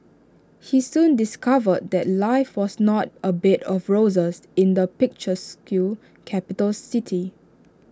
he soon discovered that life was not A bed of roses in the picturesque capital city